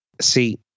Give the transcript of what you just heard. See